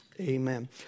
Amen